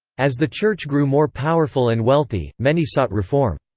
as the church grew more powerful and wealthy, many sought reform.